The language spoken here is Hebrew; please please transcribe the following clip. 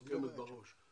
מסוכמת בראש.